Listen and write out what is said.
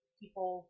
people